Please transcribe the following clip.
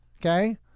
okay